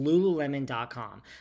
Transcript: lululemon.com